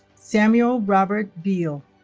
samuel robert beale